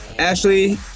Ashley